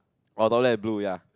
oh top left is blue ya